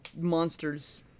monsters